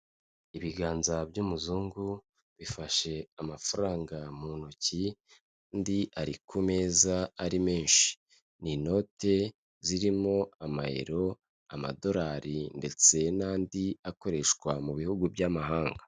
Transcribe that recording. Ibiganza by'umuzungu bifashe amafaranga mu ntoki andi ari ku meza ari menshi, ni inote zirimo: Amayero, Amadolari ndetse n'andi akoreshwa mu bihugu by'amahanga.